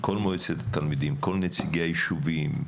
כל מועצת התלמידים, כל נציגי היישובים,